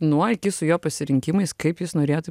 nuo iki su jo pasirinkimais kaip jis norėtų